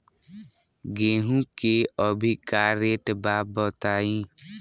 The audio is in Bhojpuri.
गेहूं के अभी का रेट बा बताई?